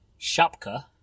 Shapka